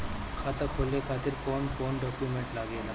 खाता खोले के खातिर कौन कौन डॉक्यूमेंट लागेला?